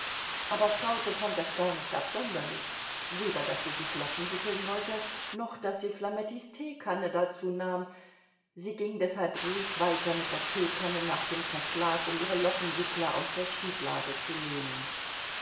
aber traute fand das gar nicht absonderlich weder daß sie sich locken wickeln wollte noch daß sie flamettis teekanne dazu nahm sie ging deshalb ruhig weiter mit der teekanne nach dem verschlag um ihre lockenwickler aus der schieblade zu nehmen